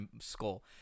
skull